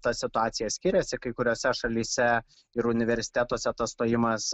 ta situacija skiriasi kai kuriose šalyse ir universitetuose tas stojimas